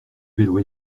vélo